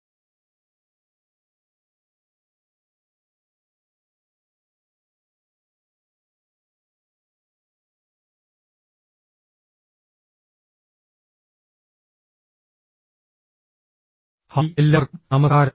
hi എല്ലാവർക്കും നമസ്കാരം